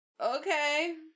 okay